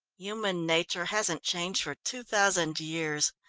human nature hasn't changed for two thousand years.